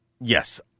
Yes